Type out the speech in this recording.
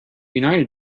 united